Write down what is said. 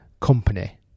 company